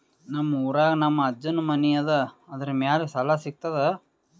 ನಮ್ ಊರಾಗ ನಮ್ ಅಜ್ಜನ್ ಮನಿ ಅದ, ಅದರ ಮ್ಯಾಲ ಸಾಲಾ ಸಿಗ್ತದ?